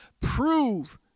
prove